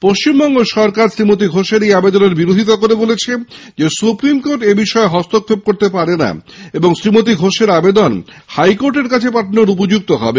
পশ্চিমবঙ্গ সরকার শ্রীমতি ঘোষের এই আবেদনের বিরোধীতা করে বলেছেন সৃপ্রিম কোর্ট এবিষয়ে হস্তক্ষেপ করতে পারে না এবং শ্রীমতি ঘোষের আবেদন হাইকোর্টের কাছে পাঠানোর উপযুক্ত হবে